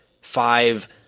five